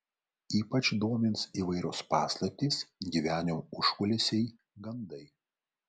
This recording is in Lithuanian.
ypač domins įvairios paslaptys gyvenimo užkulisiai gandai